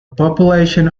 population